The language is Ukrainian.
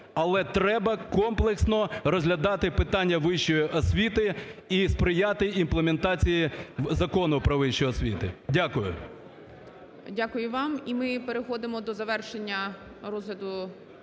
але треба комплексно розглядати питання вищої освіти і сприяти імплементації Закону "Про вищу освіту". Дякую. ГОЛОВУЮЧИЙ. Дякую вам. І ми переходимо до завершення розгляду